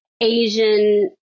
Asian